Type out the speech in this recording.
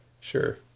Sure